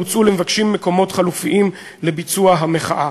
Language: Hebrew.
והוצעו למבקשים מקומות חלופיים לביצוע המחאה.